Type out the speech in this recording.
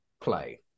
play